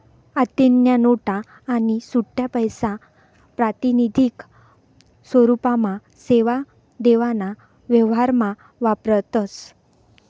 आत्तेन्या नोटा आणि सुट्टापैसा प्रातिनिधिक स्वरुपमा लेवा देवाना व्यवहारमा वापरतस